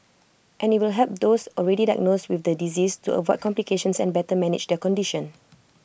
and IT will help those already diagnosed with the disease to avoid complications and better manage their condition